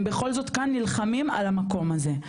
הם בכל זאת כאן נלחמים על המקום הזה,